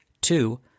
Two